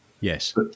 yes